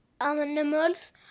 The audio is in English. animals